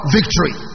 Victory